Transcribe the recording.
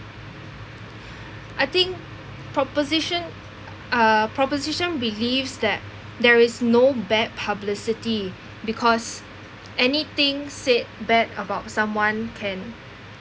I think proposition uh proposition believes that there is no bad publicity because anything said bad about someone can